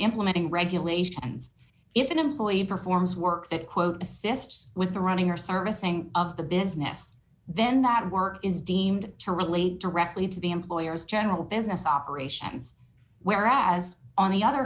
implementing regulations if an employee performs work that quote assists with the running or servicing of the business then that work is deemed to relate directly to the employer's general business operations whereas on the other